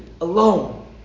alone